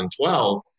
2012